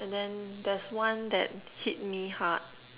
and then there's one that hit me hard